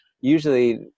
usually